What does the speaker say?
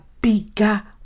bigger